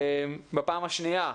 בפעם השנייה,